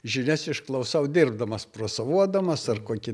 žinias išklausau dirbdamas prosavodamas ar kokį